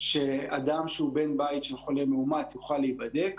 שאדם שהוא בן בית של חולה מאומת יוכל להיבדק.